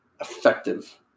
effective